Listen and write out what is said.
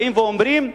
באים ואומרים: